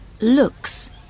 looks